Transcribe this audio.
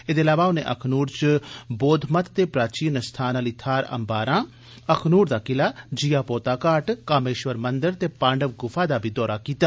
एह्दे इलावा उनें अखनूर च बौदमत दे प्राचीन अस्थान आली थाहर अबारां अखनूर दा किला जीया पोता घाट कामेष्वर मंदर ते पांडव गुफा दा बी दौरा कीता